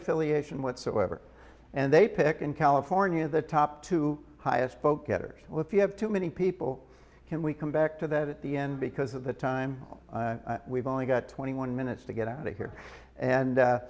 affiliation whatsoever and they pick in california the top two highest vote getters if you have too many people can we come back to that at the end because of the time we've only got twenty one minutes to get out of here and